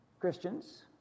Christians